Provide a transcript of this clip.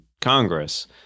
Congress